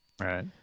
Right